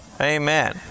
Amen